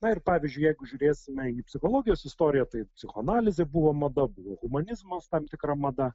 na ir pavyzdžiui jeigu žiūrėsime jų psichologijos istoriją tai psichoanalizė buvo mada buvo humanizmas tam tikra mada